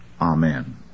amen